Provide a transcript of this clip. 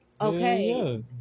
okay